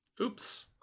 Oops